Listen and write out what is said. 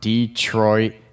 Detroit